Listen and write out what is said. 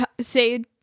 say